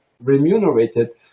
remunerated